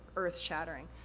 earth-shattering.